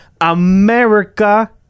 America